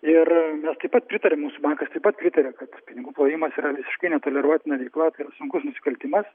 ir mes taip pat pritariam mūsų bankas taip pat pritaria kad pinigų plovimas yra visiškai netoleruotina veikla ir sunkus nusikaltimas